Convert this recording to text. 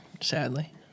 sadly